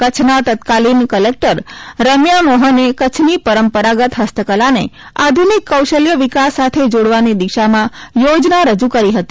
કચ્છના તત્કાલીન કલેક્ટર રેમ્યા મોહને કચ્છની પરંપરાગત હસ્તકલાની આધુનિક કૌશલ્ય વિકાસ સાથે જોડવાની દિશામાં યોજના રજુ કરી હતી